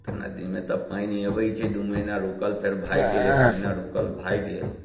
तऽ नदीमे तऽ पानि अबैत छै दू महिना रूकल फेर भागि गेल एक महिना रूकल भागि गेल